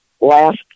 last